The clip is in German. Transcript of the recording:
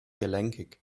gelenkig